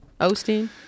Osteen